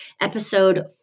episode